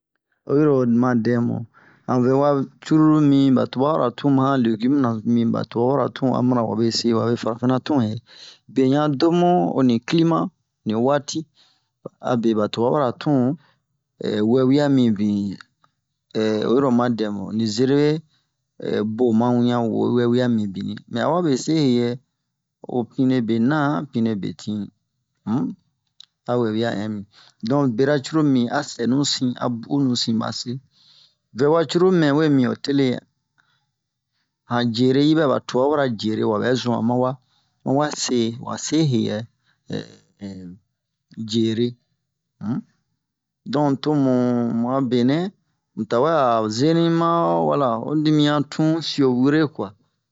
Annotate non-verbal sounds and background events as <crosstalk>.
Oyi ro oma dɛmu han vɛma cruru mi ba tubara tun ma han legum na mi ba tubara tun a mina wabe se wa farafina tun ye yɛ bwe yan domu onni klima ni watin abe ba tubara tun <hesitation> wawia mibin <hesitation> oyi ro oma dɛmu ni zerebe <hesitation> bo ma wian wo wɛwia mibini mɛ a wabe se he yɛ ho pine be na pine betin um a wɛwia hin mi don bera cruru mibin a sɛnu sin a bu'unu sin ba se vɛwa cruru mɛ we mi ho tele han jure hibɛ'a ba tubabura jere wa bɛ zun a ma wa mawa se wa se he yɛ <hesitation> jere um don to mu mu'a benɛ mu tawe a zeni ma ho wala ho dimiyan tun sio were kwa